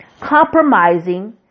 compromising